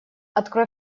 открой